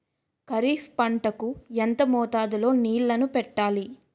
ఖరిఫ్ పంట కు ఎంత మోతాదులో నీళ్ళని పెట్టాలి?